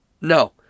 No